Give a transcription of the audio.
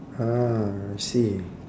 ah I see